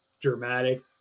dramatic